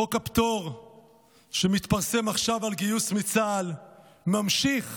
חוק הפטור שמתפרסם עכשיו על גיוס לצה"ל ממשיך